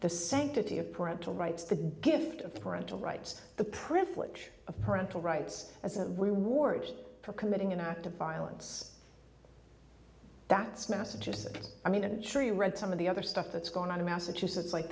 the sanctity of parental rights the gift of parental rights the privilege of parental rights as a reward for committing an act of violence that's messages that i mean i'm sure you read some of the other stuff that's going on in massachusetts like